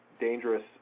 dangerous